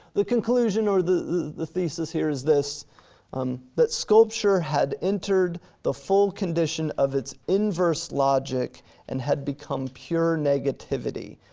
the conclusion or the the thesis here is this um that sculpture had entered the full condition of its inverse logic and had become pure negativity,